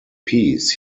peace